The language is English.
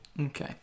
okay